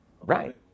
Right